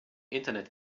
internet